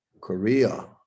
Korea